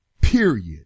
period